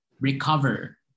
recover